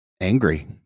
angry